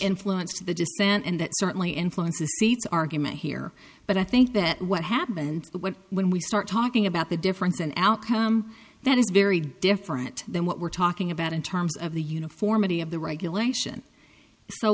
influence the dissent and that certainly influences seat's argument here but i think that what happened when we start talking about the difference an outcome that is very different than what we're talking about in terms of the uniformity of the regulation so